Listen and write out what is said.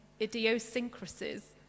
idiosyncrasies